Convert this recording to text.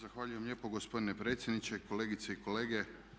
Zahvaljujem lijepo gospodine predsjedniče, kolegice i kolege.